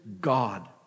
God